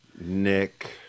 Nick